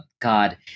God